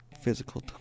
physical